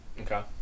Okay